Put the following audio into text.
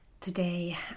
Today